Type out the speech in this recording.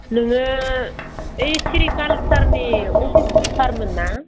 नोङो ओइ सेरिकालसारनि अफिसारमोन ना